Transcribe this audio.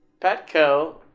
Petco